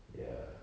ya